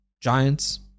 giants